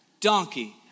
donkey